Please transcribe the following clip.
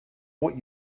what